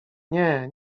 nie